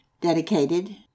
dedicated